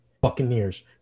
Buccaneers